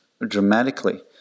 dramatically